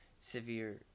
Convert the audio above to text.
severe